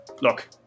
Look